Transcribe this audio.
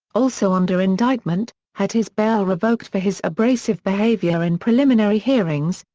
also under indictment, had his bail revoked for his abrasive behavior in preliminary hearings,